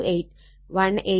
5 watt